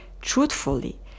truthfully